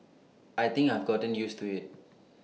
I think I have gotten used to IT